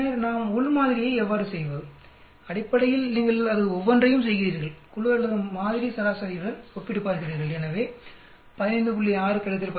பின்னர் நாம் உள் மாதிரியை எவ்வாறு செய்வது அடிப்படையில் நீங்கள் அது ஒவ்வொன்றையும் செய்கிறீர்கள் குழு அல்லது மாதிரி சராசரியுடன் ஒப்பிட்டுப் பார்க்கிறீர்கள் எனவே 15